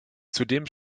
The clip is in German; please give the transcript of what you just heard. zudem